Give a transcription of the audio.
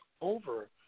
over